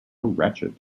wretched